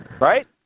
Right